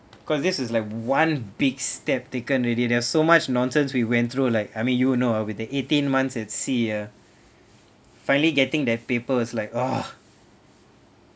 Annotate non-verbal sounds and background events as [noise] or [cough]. because this is like one big step taken already there were so much nonsense we went through like I mean you know uh with the eighteen months at sea ah [breath] finally getting that paper is like !aww!